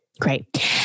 Great